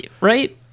right